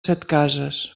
setcases